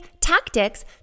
tactics